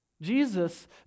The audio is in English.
jesus